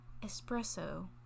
espresso